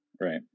right